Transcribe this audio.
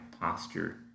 posture